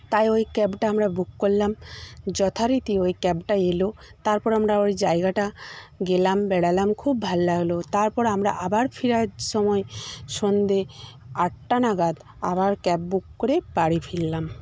তাই ওই ক্যাবটা আমরা বুক করলাম যথারীতি ওই ক্যাবটা এলো তারপর আমরা ওই জায়গাটা গেলাম বেড়ালাম খুব ভালো লাগলো তারপর আমরা আবার ফেরার সময় সন্ধ্যে আটটা নাগাদ আবার ক্যাব বুক করে বাড়ি ফিরলাম